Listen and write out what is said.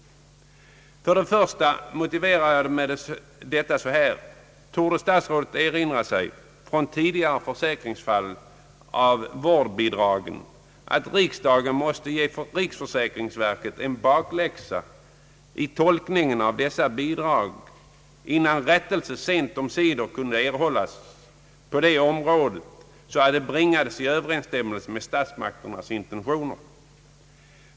För det första torde statsrådet erinra sig från tidigare försäkringsfall rörande vårdbidrag, att riksdagen måste ge riksförsäkringsverket en bakläxa i fråga om tolkningen av bidragsreglerna innan rättelse sent omsider kunde erhållas, så att tillämpningen bringades i överensstämmelse med statsmakternas intentioner.